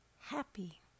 happy